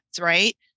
Right